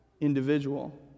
individual